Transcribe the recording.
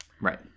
Right